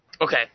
Okay